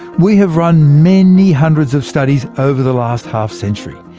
we have run many hundreds of studies over the last half century,